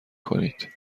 کنید